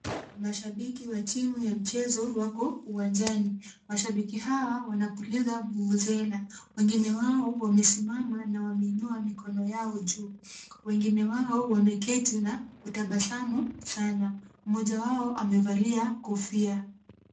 Mashabiki wa timu ya mchezo wako uwanjani. Mashabiki hawa wanapuliza vuvuzela. Wengine wao wamesimama na wameinua mikono yao juu. Wengine wao wameketi na kutabasamu sana. Mmoja wao amevalia kofia.